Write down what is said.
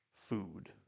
food